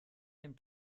dem